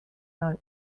not